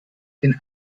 den